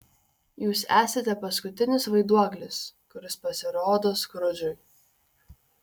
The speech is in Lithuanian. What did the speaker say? jūs esate paskutinis vaiduoklis kuris pasirodo skrudžui